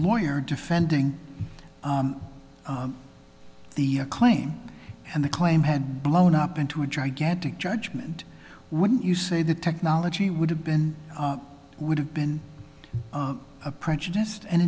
lawyer defending the claim and the claim had blown up into a gigantic judgement wouldn't you say the technology would have been would have been a prejudiced and